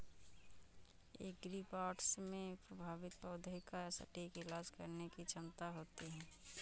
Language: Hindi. एग्रीबॉट्स में प्रभावित पौधे का सटीक इलाज करने की क्षमता होती है